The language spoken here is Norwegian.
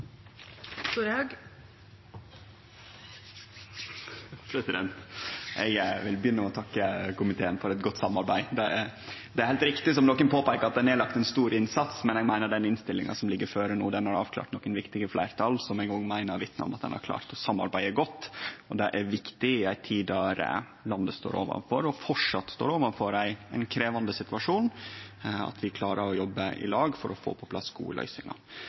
Eg vil begynne med å takke komiteen for eit godt samarbeid. Det er, som enkelte påpeiker, heilt riktig at det er lagt ned ein stor innsats, men eg meiner at den innstillinga som no ligg føre, har avklart nokre viktige fleirtal, som eg òg meiner vitnar om at ein har klart å samarbeide godt. Det er viktig i ei tid då landet framleis står overfor ein krevjande situasjon, at vi klarar å jobbe i lag for å få på plass gode løysingar.